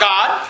God